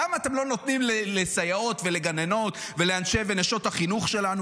למה אתם לא נותנים לסייעות ולגננות ולאנשי ונשות החינוך שלנו?